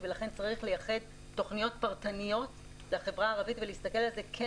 ולכן צריך לייחד תוכניות פרטניות לחברה הערבית ולהסתכל על זה כן